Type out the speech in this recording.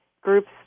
groups